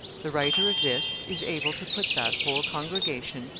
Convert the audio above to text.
the writer of this is able to put that whole congregation,